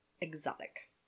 exotic